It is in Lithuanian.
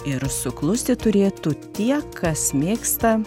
ir suklusti turėtų tie kas mėgsta